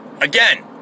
again